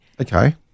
Okay